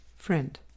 Friend